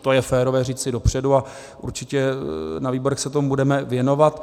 To je férové říci dopředu a určitě na výborech se tomu budeme věnovat.